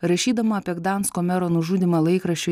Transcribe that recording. rašydama apie gdansko mero nužudymą laikraščiui